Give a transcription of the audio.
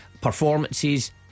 Performances